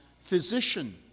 physician